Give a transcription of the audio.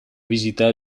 visita